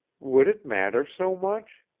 would it matter so much?